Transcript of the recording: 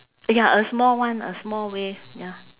ya a small one a small wave ya